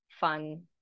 fun